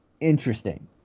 interesting